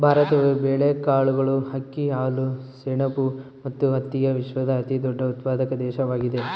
ಭಾರತವು ಬೇಳೆಕಾಳುಗಳು, ಅಕ್ಕಿ, ಹಾಲು, ಸೆಣಬು ಮತ್ತು ಹತ್ತಿಯ ವಿಶ್ವದ ಅತಿದೊಡ್ಡ ಉತ್ಪಾದಕ ದೇಶವಾಗಿದೆ